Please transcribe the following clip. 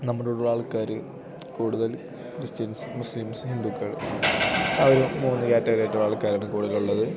നമ്മുടെയുള്ള ആൾക്കാർ കൂടുതൽ Christians Muslims ഹിന്ദുക്കൾ ആ ഒരു മൂന്ന് ക്യാറ്റഗറിയായിട്ടുള്ള ആൾക്കാരാണ് കൂടുതലുള്ളത്